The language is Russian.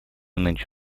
нынче